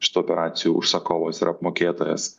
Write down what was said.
šitų operacijų užsakovas ir apmokėtojas